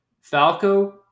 Falco